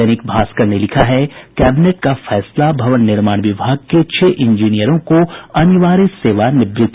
दैनिक भास्कर ने लिखा है कैबिनेट का फैसला भवन निर्माण विभाग के छह इंजीनियरों को अनिवार्य सेवानिवृति